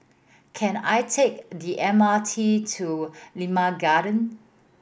can I take the M R T to Limau Garden